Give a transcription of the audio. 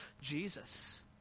Jesus